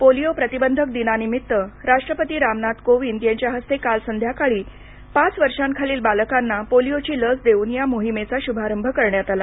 polio प्रतिबंधक दिनानिमित्त राष्ट्रपती रामनाथ कोविन्द यांच्या हस्ते काल संघ्याकाळी पाच वर्षाखालील बालकांना पोलिओची लस देऊन या मोहिमेचा शुभारंभ करण्यात आला